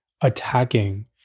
attacking